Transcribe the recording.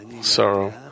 sorrow